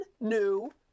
new